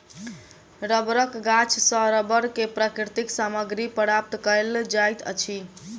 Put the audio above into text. रबड़क गाछ सॅ रबड़ के प्राकृतिक सामग्री प्राप्त कयल जाइत अछि